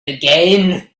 again